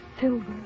silver